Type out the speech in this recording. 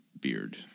beard